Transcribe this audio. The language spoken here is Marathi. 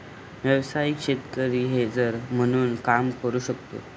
व्यावसायिक शेतकरी हेजर म्हणून काम करू शकतो